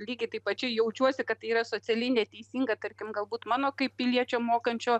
lygiai taip pat čia jaučiuosi kad tai yra socialiai neteisinga tarkim galbūt mano kaip piliečio mokančio